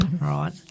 right